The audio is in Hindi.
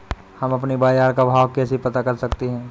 हम अपने बाजार का भाव कैसे पता कर सकते है?